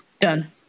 done